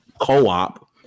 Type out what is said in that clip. co-op